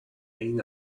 این